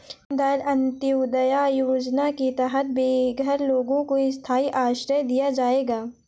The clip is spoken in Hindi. दीन दयाल अंत्योदया योजना के तहत बेघर लोगों को स्थाई आश्रय दिया जाएगा